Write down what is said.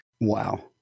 Wow